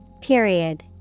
Period